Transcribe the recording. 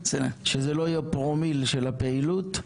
שזה לא יהיה פרומיל של הפעילות,